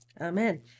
Amen